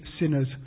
sinners